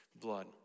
blood